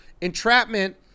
Entrapment